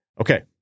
okay